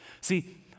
See